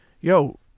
yo